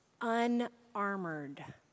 unarmored